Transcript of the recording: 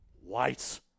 ...white